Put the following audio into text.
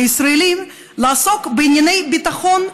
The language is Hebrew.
לישראלים לעסוק בענייני ביטחון,